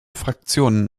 fraktionen